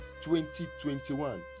2021